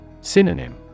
Synonym